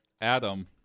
Adam